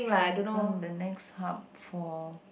can become the next up for